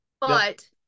But-